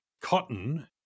cotton